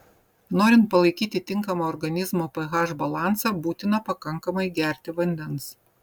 norint palaikyti tinkamą organizmo ph balansą būtina pakankamai gerti vandens